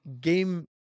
game